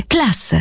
Class